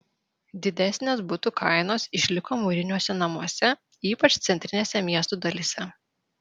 didesnės butų kainos išliko mūriniuose namuose ypač centrinėse miestų dalyse